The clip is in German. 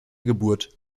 geburt